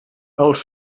els